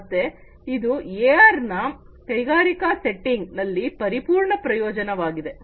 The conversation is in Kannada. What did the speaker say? ಮತ್ತೆ ಇದು ಎಆರ್ ನ ಕೈಗಾರಿಕಾ ವ್ಯವಸ್ಥೆಯಲ್ಲಿ ಪರಿಪೂರ್ಣ ಪ್ರಯೋಜನವಾಗಿದೆ